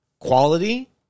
Quality